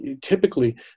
typically